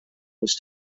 was